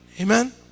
Amen